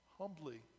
humbly